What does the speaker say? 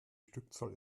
stückzahl